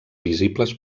visibles